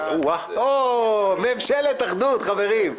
הו, ממשלת אחדות, חברים.